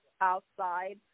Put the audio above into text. outside